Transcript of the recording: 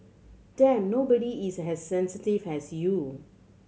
Damn nobody is as sensitive as you